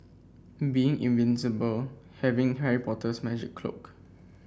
being invisible having Harry Potter's magic cloak